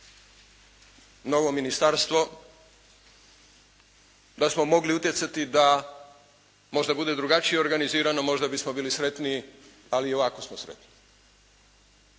novo ministarstvo da smo mogli utjecati da možda bude drugačije organizirano možda bismo bili sretniji, ali i ovako smo sretni.